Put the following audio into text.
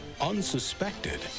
unsuspected